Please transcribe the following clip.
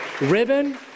ribbon